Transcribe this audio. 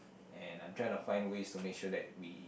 and I'm trying to find ways to make sure that we